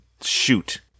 shoot